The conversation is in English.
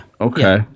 okay